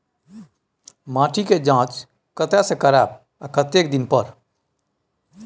माटी के ज जॉंच कतय से करायब आ कतेक दिन पर?